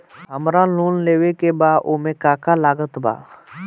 हमरा लोन लेवे के बा ओमे का का लागत बा?